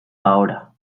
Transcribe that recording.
ahora